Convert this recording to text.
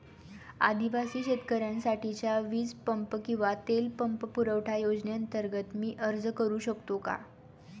आदिवासी शेतकऱ्यांसाठीच्या वीज पंप किंवा तेल पंप पुरवठा योजनेअंतर्गत मी अर्ज करू शकतो का?